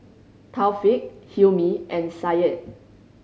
Taufik Hilmi and Syed